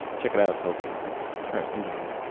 check it out tell us what you think. all right moving on